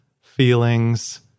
feelings